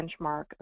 benchmark